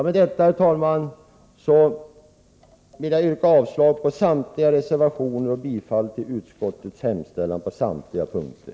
Med detta, herr talman, vill jag yrka avslag på samtliga reservationer och bifall till utskottets hemställan på samtliga punkter.